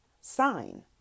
sign